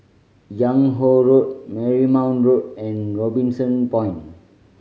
Yung Ho Road Marymount Road and Robinson Point